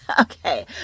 Okay